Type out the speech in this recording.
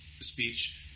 speech